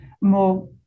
more